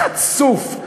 חצוף,